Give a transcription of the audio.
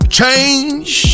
change